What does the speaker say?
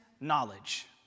knowledge